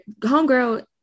homegirl